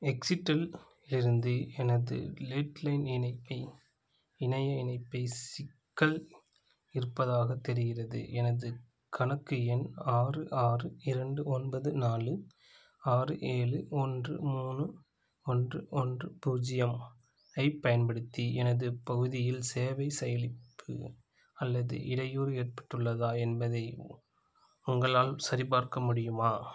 Exetel இருந்து எனது landline இணைப்பை இணைய இணைப்பை சிக்கல் இருப்பதாகத் தெரிகிறது எனது கணக்கு எண் ஆறு ஆறு இரண்டு ஒன்பது நாலு ஆறு ஏழு ஒன்று மூணு ஒன்று ஒன்று பூஜ்ஜியம் ஐப் பயன்படுத்தி எனது பகுதியில் சேவை செயலிப்பு அல்லது இடையூறு ஏற்பட்டுள்ளதா என்பதை உ உங்களால் சரிபார்க்க முடியுமா